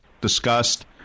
discussed